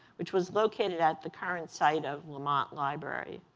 which was located at the current side of lemont library.